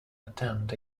attend